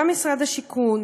גם משרד השיכון,